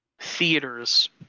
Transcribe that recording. Theaters